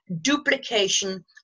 duplication